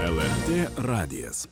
lrt radijas